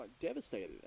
devastated